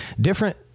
Different